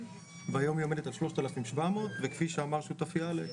והיום היא עומדת על 3,700 שקלים וכפי שאמר שותפי אלכס,